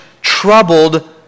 troubled